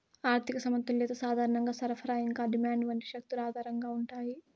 ఆర్థిక సమతుల్యత సాధారణంగా సరఫరా ఇంకా డిమాండ్ వంటి శక్తుల ఆధారంగా ఉంటాయి